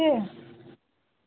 কে